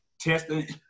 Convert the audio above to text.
testing